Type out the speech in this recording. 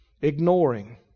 Ignoring